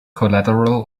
collateral